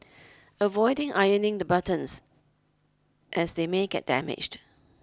avoid ironing the buttons as they may get damaged